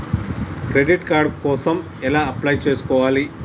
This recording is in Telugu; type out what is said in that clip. క్రెడిట్ కార్డ్ కోసం ఎలా అప్లై చేసుకోవాలి?